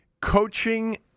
Coaching